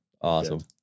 awesome